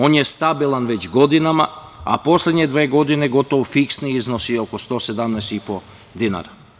On je stabilan već godinama, a poslednje dve godine gotovo fiksni i iznosi oko 117,5 dinara.